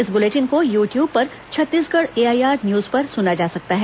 इस बुलेटिन को YouTube पर छत्तीसगढ़ एआईआर न्यूज पर सुना जा सकता है